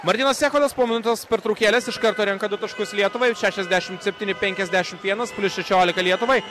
martynas echodas po minutės pertraukėlės iš karto renka du taškus lietuvai jau šešiasdešimt septyni penkiadešimt vienas plius šešiolika lietuvai